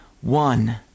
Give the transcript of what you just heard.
one